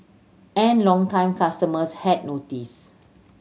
and longtime customers had noticed